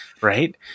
right